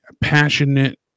passionate